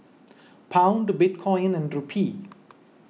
Pound Bitcoin and Rupee